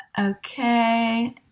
Okay